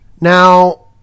Now